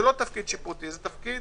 זה תפקיד